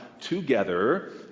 together